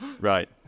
Right